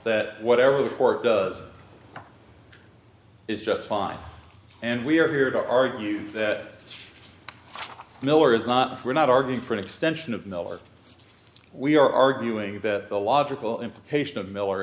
that whatever the court does is just fine and we are here to argue that miller is not we're not arguing for an extension of miller we are arguing that the logical implication of miller